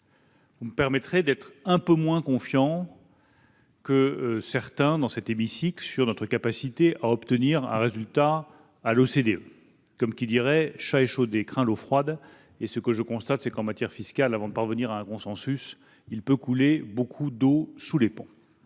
Vous me permettrez d'être un peu moins confiant que certains dans cet hémicycle sur notre capacité à obtenir un résultat à l'OCDE. Comme qui dirait, chat échaudé craint l'eau froide ... En outre, j'ai pu constater que, en matière fiscale, il peut couler beaucoup d'eau sous les ponts